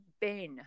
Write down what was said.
Ben